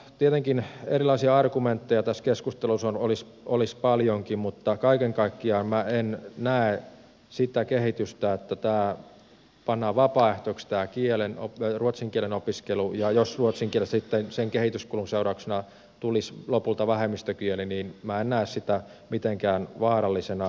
tietenkin erilaisia argumentteja tässä keskustelussa olisi paljonkin mutta kaiken kaikkiaan minä en näe sitä kehitystä että pannaan vapaaehtoiseksi tämä ruotsin kielen opiskelu ja ruotsin kielestä sitten sen kehityskulun seurauksena tulisi lopulta vähemmistökieli mitenkään vaarallisena